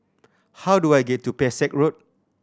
how do I get to Pesek Road